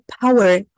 power